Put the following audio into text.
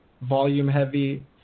volume-heavy